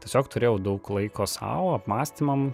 tiesiog turėjau daug laiko sau apmąstymam